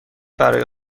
برای